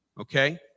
okay